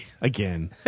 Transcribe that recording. again